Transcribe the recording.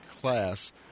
class